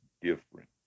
different